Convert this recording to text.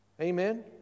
Amen